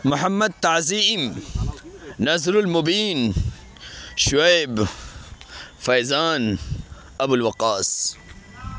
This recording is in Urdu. محمد تعظیم نظرالمبین شعیب فیضان ابوالوقاص